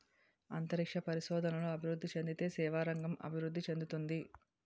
అంతరిక్ష పరిశోధనలు అభివృద్ధి చెందితే సేవల రంగం అభివృద్ధి చెందుతుంది